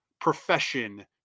profession